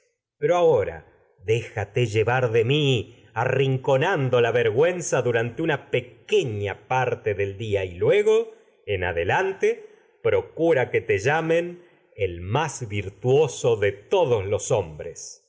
pero ahora déjate llevar je mí arrinconando parte la vergüenza durante una adelante procura pequeña que del día y luego en te llamen el más virtuoso de todos los hombres